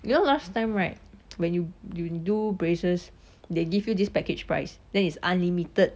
you know last time right when you you do braces they give you this package price then is unlimited